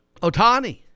Otani